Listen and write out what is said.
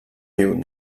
riu